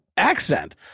Accent